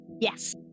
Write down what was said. Yes